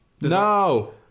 no